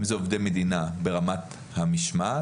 אם זה עובדי מדינה ברמת המשמעת,